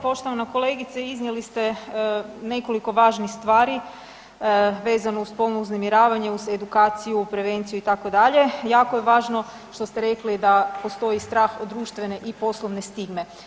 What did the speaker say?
Poštovana kolegice, iznijeli ste nekoliko važnih stvari vezano uz spolno uznemiravanje, uz edukaciju, prevenciju itd., jako je važno što ste rekli da postoji strah od društvene i poslovne stigme.